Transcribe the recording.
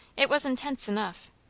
it was intense enough,